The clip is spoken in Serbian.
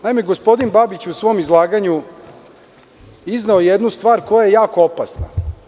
Naime, gospodin Babić u svom izlaganju izneo je jednu stvar koja je jako opasna.